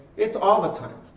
it's all the time.